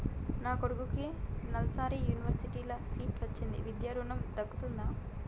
నా కొడుకుకి నల్సార్ యూనివర్సిటీ ల సీట్ వచ్చింది విద్య ఋణం దొర్కుతదా?